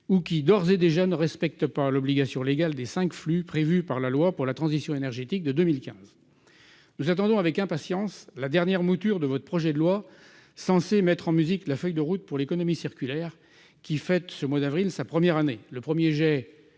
ou qui d'ores et déjà ne respectent pas l'obligation légale des 5 flux prévue par la loi pour la transition énergétique de 2015, nous attendons avec impatience la dernière mouture de votre projet de loi censée mettre en musique la feuille de route pour l'économie circulaire qui fête ce mois d'avril, sa première année, le 1er jet